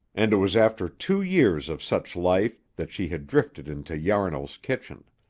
and it was after two years of such life that she had drifted into yarnall's kitchen.